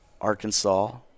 Arkansas